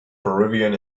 peruvian